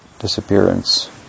Disappearance